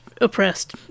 oppressed